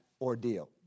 ordeal